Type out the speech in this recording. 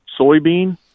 soybean